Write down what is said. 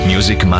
Music